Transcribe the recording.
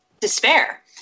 despair